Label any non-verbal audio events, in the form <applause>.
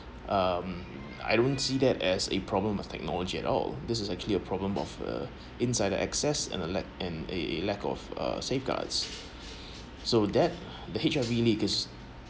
um I don't see that as a problem of technology at all this is actually a problem of uh inside the access and a lack and a lack of uh safeguards <breath> so that the H_I_V leak is